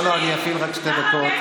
לא, לא, אני אפעיל רק שתי דקות.